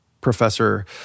professor